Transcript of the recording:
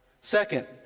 Second